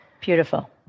Beautiful